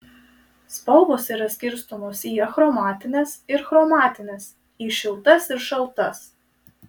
spalvos yra skirstomos į achromatines ir chromatines į šiltas ir šaltas